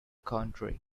country